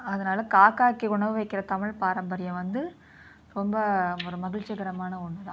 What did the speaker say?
அதனால் காக்காவுக்கு உணவு வைக்கிற தமிழ் பாரம்பரியம் வந்து ரொம்ப ஒரு மகிழ்ச்சிகரமான ஒன்றுதான்